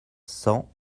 cent